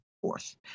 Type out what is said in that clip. fourth